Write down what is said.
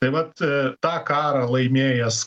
tai vat tą karą laimėjęs